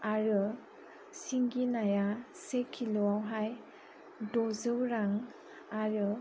आरो सिंगि नाया से किल' आवहाय दजौ रां आरो